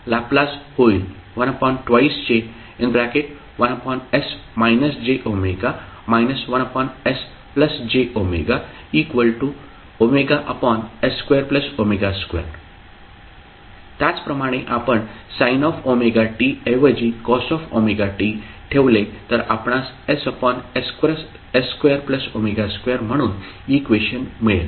याचा लॅपलास होईल 12j1s jw 1sjwws2w2 त्याचप्रमाणे आपण sin ωt ऐवजी cos ωt ठेवले तर आपणास ss2w2 म्हणून इक्वेशन मिळेल